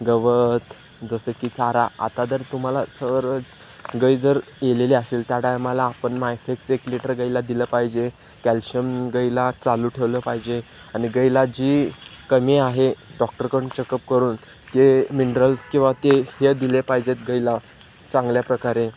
गवत जसं की चारा आता जर तुम्हाला जर गाय जर व्यालेली असेल त्या टायमाला आपण मायफेक्स एक लिटर गायीला दिलं पाहिजे कॅल्शियम गायीला चालू ठेवलं पाहिजे आणि गायीला जी कमी आहे डॉक्टरकडून चेकअप करून ते मिनरल्स किंवा ते हे दिले पाहिजेत गायीला चांगल्या प्रकारे